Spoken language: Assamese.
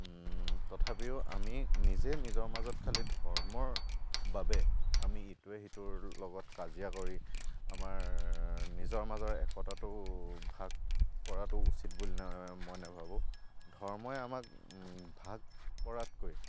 তথাপিও আমি নিজে নিজৰ মাজত খালী ধৰ্মৰ বাবে আমি ইটোৱে সিটোৰ লগত কাজিয়া কৰি আমাৰ নিজৰ মাজৰ একতাটো ভাগ কৰাটো উচিত বুলি মই নাভাবোঁ ধৰ্মই আমাক ভাগ কৰাতকৈ